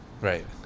Right